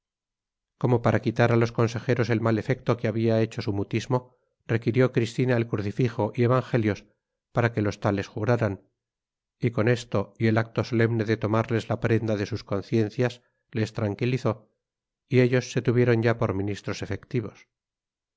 como para quitar a los consejeros el mal efecto que había hecho su mutismo requirió cristina el crucifijo y evangelios para que los tales juraran y con esto y el acto solemne de tomarles la prenda de sus conciencias les tranquilizó y ellos se tuvieron ya por ministros efectivos